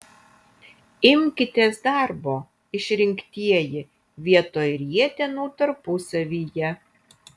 imkitės darbo išrinktieji vietoj rietenų tarpusavyje